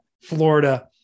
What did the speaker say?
Florida